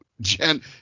Jen